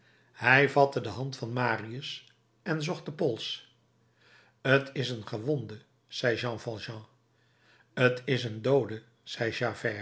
hij vatte de hand van marius en zocht den pols t is een gewonde zei jean valjean t is een doode